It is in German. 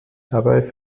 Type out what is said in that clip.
dabei